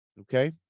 okay